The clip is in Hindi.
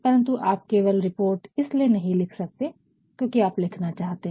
परन्तु आप केवल रिपोर्ट इसलिए नहीं लिख सकते क्योंकि आप लिखना चाहते है